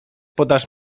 podasz